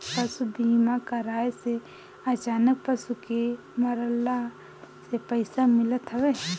पशु बीमा कराए से अचानक पशु के मरला से पईसा मिलत हवे